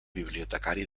bibliotecari